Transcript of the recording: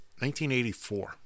1984